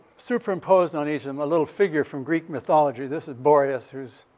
superimposed on each of them a little figure from greek mythology. this is boreas, who's